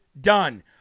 done